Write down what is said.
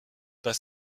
pas